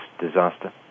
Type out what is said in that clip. disaster